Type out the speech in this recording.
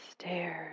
Stairs